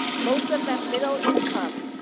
most of them middle income,